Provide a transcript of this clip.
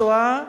לשואה,